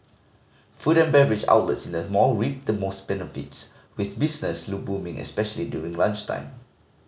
food and beverage outlets in the mall reaped the most benefits with business booming especially during lunchtime